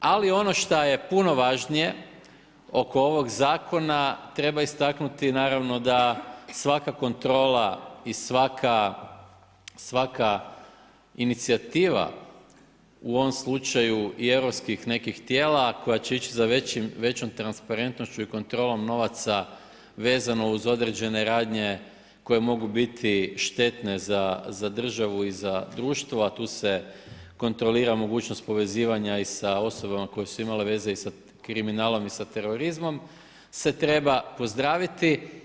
Ali ono što je puno važnije oko ovog zakona treba istaknuti naravno da svaka kontrola i svaka inicijativa u ovom slučaju i europskih nekih tijela koja će ići za većom transparentnošću i kontrolom novaca vezano uz određene radnje koje mogu biti štetne za državu i za društvo, a tu se kontrolira mogućnost povezivanja i sa osobama koje su imale veze i sa kriminalom i sa terorizmom se treba pozdraviti.